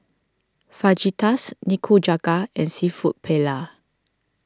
Fajitas Nikujaga and Seafood Paella